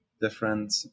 different